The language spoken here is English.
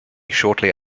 shortly